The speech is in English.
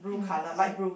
mm same